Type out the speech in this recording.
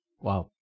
Wow